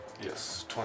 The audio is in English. Yes